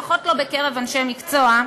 לפחות לא בקרב אנשי מקצוע.